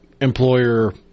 employer